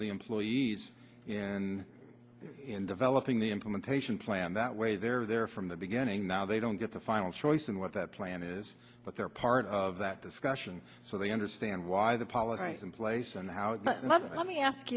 of the employees and in developing the implementation plan that way they're there from the beginning now they don't get the final choice in what that plan is but they're part of that discussion so they understand why the policy in place and how it let me ask